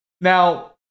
Now